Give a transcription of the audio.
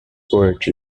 poetry